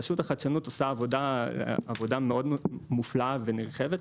רשות החדשנות עושה עבודה מאוד מופלאה ונרחבת.